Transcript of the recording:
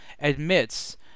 admits